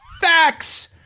facts